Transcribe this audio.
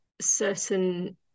certain